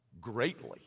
greatly